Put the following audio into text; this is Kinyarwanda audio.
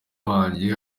wanjye